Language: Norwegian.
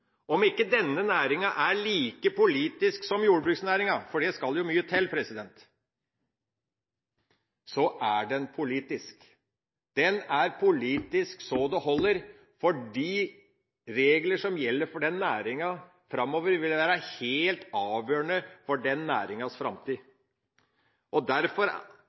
Om ikke denne næringa er like politisk som jordbruksnæringa – for det skal mye til – så er den politisk. Den er politisk så det holder. De regler som gjelder for denne næringa framover, vil være helt avgjørende for næringas framtid. At det skal være likeverdige konkurransevilkår mellom små og